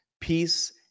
peace